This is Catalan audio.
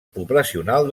poblacional